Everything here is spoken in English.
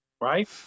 right